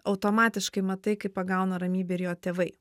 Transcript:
automatiškai matai kaip pagauna ramybę ir jo tėvai